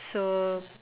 so